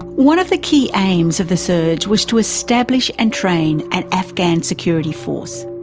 one of the key aims of the surge was to establish and train an afghan security force.